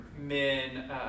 men